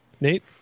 Nate